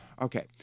Okay